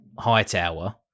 hightower